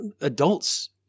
adults